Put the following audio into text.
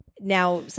Now